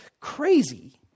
crazy